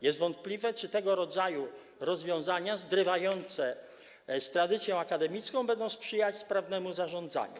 Jest wątpliwe, czy tego rodzaju rozwiązania zrywające z tradycją akademicką będą sprzyjać sprawnemu zarządzaniu.